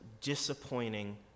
disappointing